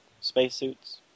spacesuits